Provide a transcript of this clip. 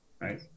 right